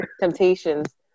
Temptations